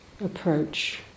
approach